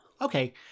Okay